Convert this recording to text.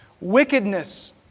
Wickedness